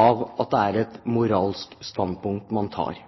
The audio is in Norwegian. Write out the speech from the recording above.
av at det er et moralsk standpunkt man tar.